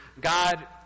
God